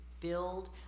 Build